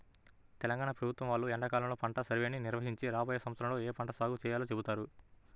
తెలంగాణ ప్రభుత్వం వాళ్ళు ఎండాకాలంలోనే పంట సర్వేని నిర్వహించి రాబోయే సంవత్సరంలో ఏ పంట సాగు చేయాలో చెబుతారు